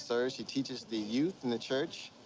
serves, she teaches the youth in the church.